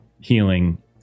healing